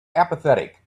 apathetic